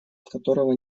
которого